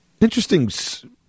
interesting